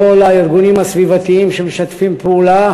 לכל הארגונים הסביבתיים שמשתפים פעולה